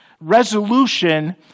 resolution